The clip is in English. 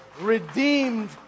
redeemed